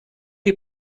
die